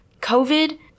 COVID